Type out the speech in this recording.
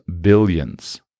billions